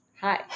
Hi